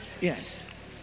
yes